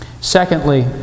Secondly